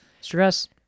Stress